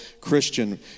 Christian